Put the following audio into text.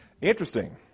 Interesting